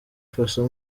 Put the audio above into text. faso